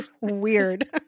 weird